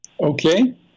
Okay